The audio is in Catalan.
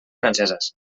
franceses